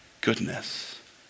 goodness